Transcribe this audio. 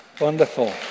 Wonderful